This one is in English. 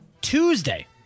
Tuesday